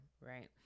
Right